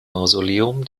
mausoleum